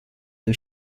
ein